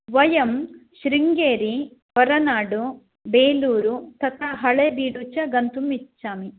वयं शृङ्गेरि होरनाडु बेलूरु तथा हळेबीडु च गन्तुम् इच्छामः